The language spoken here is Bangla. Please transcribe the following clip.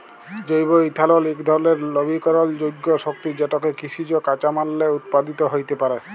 জৈব ইথালল ইক ধরলের লবিকরলযোগ্য শক্তি যেটকে কিসিজ কাঁচামাললে উৎপাদিত হ্যইতে পারে